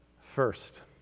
first